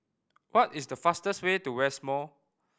what is the fastest way to West Mall